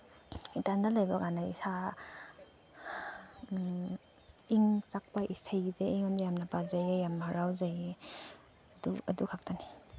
ꯏꯊꯟꯇ ꯂꯩꯕ ꯀꯥꯟꯗ ꯏꯁꯥ ꯏꯪ ꯆꯛꯄ ꯏꯁꯩꯁꯦ ꯑꯩꯉꯣꯟꯗ ꯌꯥꯝꯅ ꯐꯖꯩꯌꯦ ꯌꯥꯝ ꯍꯔꯥꯎꯖꯩꯌꯦ ꯑꯗꯨꯈꯛꯇꯅꯤ